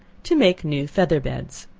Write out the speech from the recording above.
to make new feather beds.